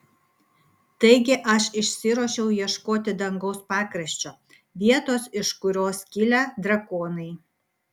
taigi aš išsiruošiau ieškoti dangaus pakraščio vietos iš kurios kilę drakonai